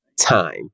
time